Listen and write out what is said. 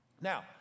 Now